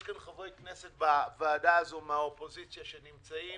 יש כאן חברי כנסת בוועדה הזאת מהאופוזיציה שנמצאים